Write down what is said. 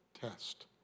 test